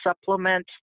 supplement